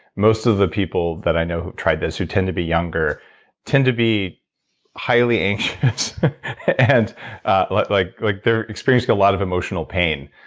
most of the people that i know who try this who tend to be younger tend to be highly anxious and like like like they're experiencing a lot of emotional pain